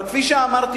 אבל כפי שאמרתי,